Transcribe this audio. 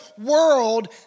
world